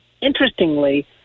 interestingly